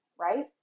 right